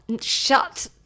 Shut